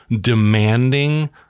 demanding